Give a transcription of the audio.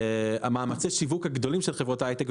מאמצי השיווק הגדולים של חברות ההייטק,